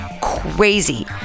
crazy